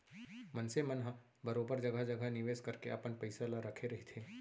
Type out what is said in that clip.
मनसे मन ह बरोबर जघा जघा निवेस करके अपन पइसा ल रखे रहिथे